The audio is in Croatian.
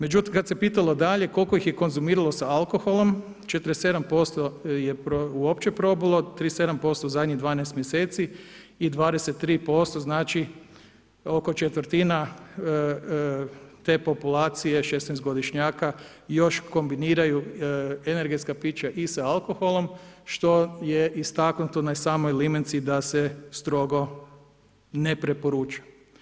Međutim, kad se pitalo dalje koliko ih je konzumiralo sa alkoholom, 47% je uopće probalo, 37% u zadnjih 12 mjeseci i 23% znači oko četvrtina te populacije 16-godišnjaka još kombiniraju energetska pića i sa alkoholom što je istaknuto na samoj limenci da se strogo ne preporuča.